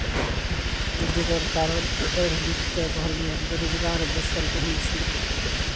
जकर कारण पढ़ि लिखि कऽ घरमे बेरोजगार बैसल रहै छी